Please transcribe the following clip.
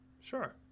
sure